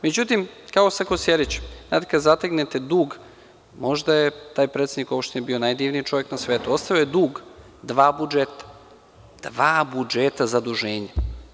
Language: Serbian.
Međutim, kao sa Kosjerićem, znate kada zateknete dug, možda je taj predsednik opštine bio najdivniji čovek na svetu, ostavio je dug dva budžeta, dva budžeta zaduženja.